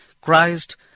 Christ